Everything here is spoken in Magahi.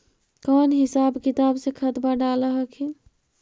कौन हिसाब किताब से खदबा डाल हखिन?